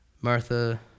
Martha